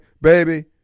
baby